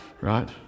right